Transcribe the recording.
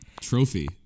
Trophy